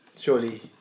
surely